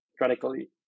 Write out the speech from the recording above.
radically